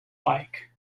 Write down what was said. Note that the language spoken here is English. bike